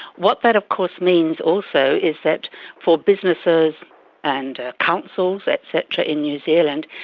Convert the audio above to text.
what that of course means, also, is that for businesses and councils, et cetera, in new zealand,